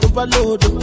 Overload